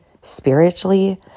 spiritually